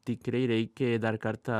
tikrai reikia dar kartą